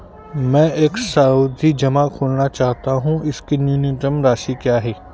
मैं एक सावधि जमा खोलना चाहता हूं इसकी न्यूनतम राशि क्या है?